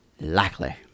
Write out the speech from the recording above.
likely